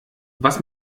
was